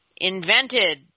invented